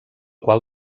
qual